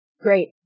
Great